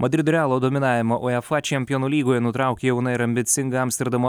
madrido realo dominavimą uefa čempionų lygoje nutraukė jauna ir ambicinga amsterdamo ajax